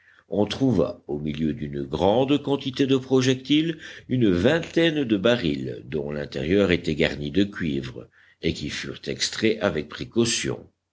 on trouva au milieu d'une grande quantité de projectiles une vingtaine de barils dont l'intérieur était garni de cuivre et qui furent extraits avec précaution